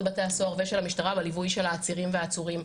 בתי הסוהר ושל המשטרה בליווי של העצירים והעצורים.